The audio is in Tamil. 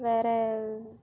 வேறு